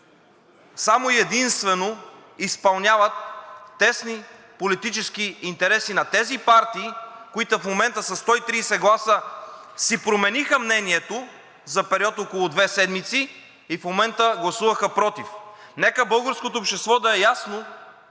само и единствено изпълняват тесни политически интереси на тези партии, които със 130 гласа си промениха мнението за период от около две седмици и в момента гласуваха против. Нека на българското общество да е ясно,